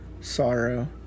sorrow